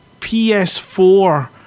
PS4